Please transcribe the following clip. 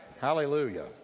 hallelujah